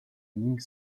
ning